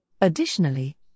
Additionally